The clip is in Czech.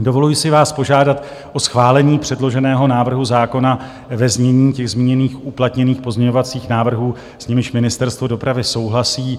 Dovoluji si vás požádat o schválení předloženého návrhu zákona ve znění zmíněných uplatněných pozměňovacích návrhů, s nimiž Ministerstvo dopravy souhlasí.